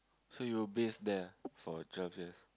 so you bathe there for drive there's